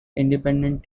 independent